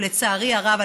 ולצערי הרב,